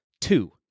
Two